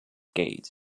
gate